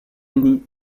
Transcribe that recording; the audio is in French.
unis